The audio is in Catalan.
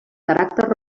caràcter